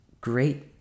great